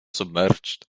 submerged